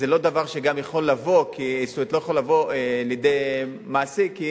זה גם לא דבר שיכול לבוא לידי ביטוי מעשי, כי